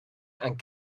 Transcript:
and